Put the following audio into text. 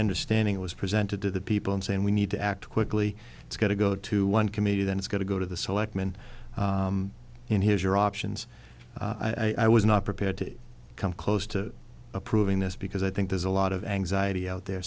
understanding it was presented to the people and saying we need to act quickly it's got to go to one committee then it's got to go to the selectmen and here's your options i was not prepared to come close to approving this because i think there's a lot of anxiety out there